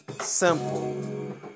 simple